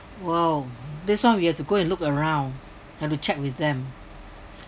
!whoa! this one we have to go look around had to check with them